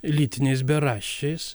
lytiniais beraščiais